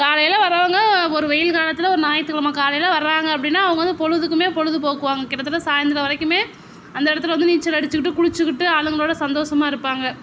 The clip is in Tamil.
காலையில வரவங்க ஒரு வெயில் காலத்தில் ஒரு ஞாயித்து கிழம காலையில வர்றாங்க அப்படீன்னா அவங்க வந்து பொழுதுக்குமே பொழுது போக்குவாங்க கிட்டத்தட்ட சாய்ந்ரம் வரைக்குமே அந்த இடத்துல வந்து நீச்சல் அடிச்சிக்கிட்டு குளிச்சிக்கிட்டு ஆளுங்ளோட சந்தோசமாக இருப்பாங்க